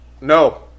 No